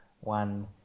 one